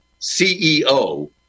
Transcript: CEO